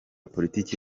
politiki